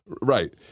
Right